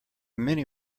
many